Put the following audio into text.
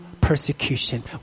persecution